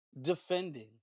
defending